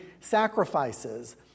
sacrifices